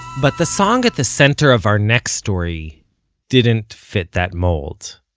but the song at the center of our next story didn't fit that mould.